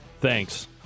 Thanks